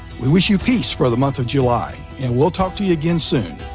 we wish you peace for the month of july, and we'll talk to you again soon.